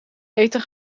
eten